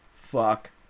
Fuck